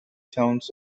tones